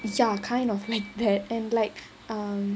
ya kind of like that and like